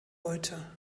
heute